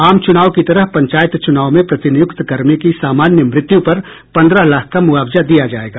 आम चुनाव की तरह पंचायत चुनाव में प्रतिनियुक्त कर्मी की सामान्य मृत्यु पर पंद्रह लाख का मुआवजा दिया जायेगा